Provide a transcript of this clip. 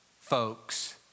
folks